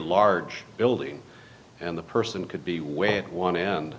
large building and the person could be way it want to end